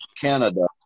Canada